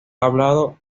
hablado